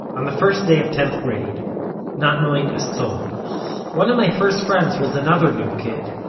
on the first day of tenth grade not knowing a soul one of my first friends was another new kid,